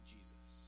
Jesus